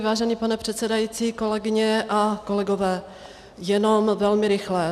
Vážený pane předsedající, kolegyně a kolegové, jenom velmi rychle.